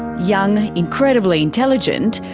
young, incredibly intelligent,